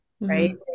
Right